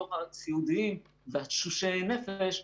מתוך הסיעודיים ותשושי הנפש,